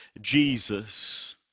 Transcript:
Jesus